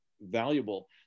valuable